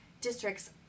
districts